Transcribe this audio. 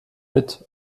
mit